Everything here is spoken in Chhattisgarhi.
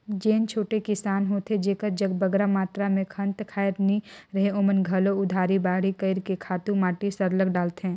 जेन छोटे किसान होथे जेकर जग बगरा मातरा में खंत खाएर नी रहें ओमन घलो उधारी बाड़ही कइर के खातू माटी सरलग डालथें